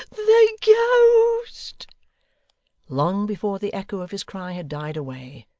the ghost long before the echo of his cry had died away,